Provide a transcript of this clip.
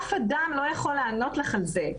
אף אדם לא יכול לענות לך על זה.